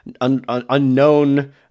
unknown